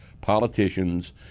politicians